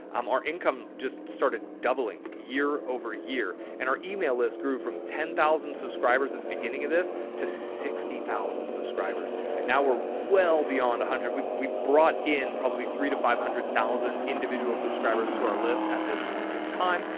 um our income just started doubling year over year. and our email list grew from ten thousand subscribers at the beginning of this to sixty thousand subscribers. and now we're well beyond a hundred we've we've brought in probably three to five hundred thousand individual subscribers to our list at this point in time.